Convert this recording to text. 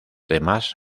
demás